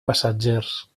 passatgers